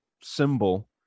symbol